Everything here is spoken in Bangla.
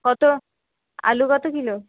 কত আলু কত কিলো